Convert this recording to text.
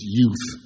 youth